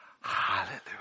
Hallelujah